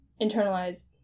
internalized